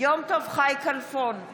יום טוב חי כלפון,